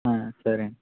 సరే అండి